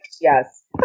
Yes